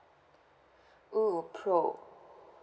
oo pro